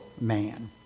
man